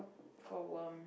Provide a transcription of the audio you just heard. for worm